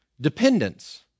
Dependence